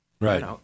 Right